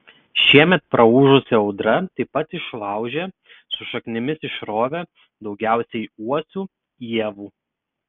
šiemet praūžusi audra taip pat išlaužė su šaknimis išrovė daugiausiai uosių ievų